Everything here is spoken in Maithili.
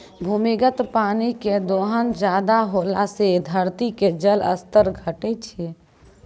भूमिगत पानी के दोहन ज्यादा होला से धरती के जल स्तर घटै छै